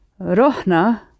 Rohna